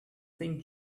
thin